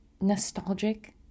nostalgic